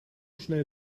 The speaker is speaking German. schnell